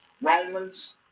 romans